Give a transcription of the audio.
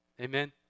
Amen